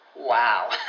Wow